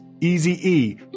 Easy-E